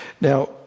now